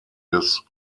des